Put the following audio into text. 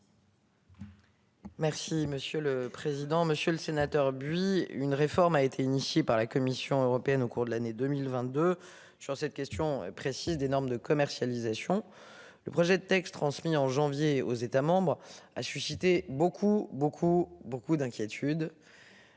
Merci monsieur le président, Monsieur le Sénateur Buy une réforme a été initié par la Commission européenne au cours de l'année 2022 sur cette question précise des normes de commercialisation. Le projet de texte transmis en janvier aux États membres a suscité beaucoup beaucoup beaucoup d'inquiétude.